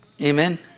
Amen